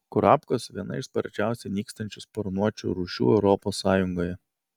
kurapkos viena iš sparčiausiai nykstančių sparnuočių rūšių europos sąjungoje